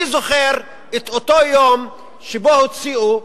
אני זוכר את אותו יום שבו הוציאו,